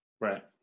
right